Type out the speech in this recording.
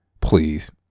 please